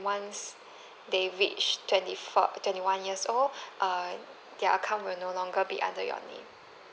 once they reach twenty f~ twenty one years old err their account will no longer be under your name